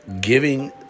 giving